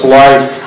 life